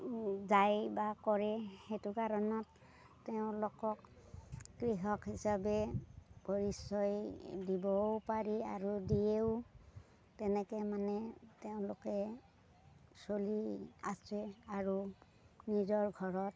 যায় বা কৰে সেইটো কাৰণত তেওঁলোকক কৃষক হিচাপে পৰিচয় দিবও পাৰি আৰু দিয়েও তেনেকে মানে তেওঁলোকে চলি আছে আৰু নিজৰ ঘৰত